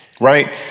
right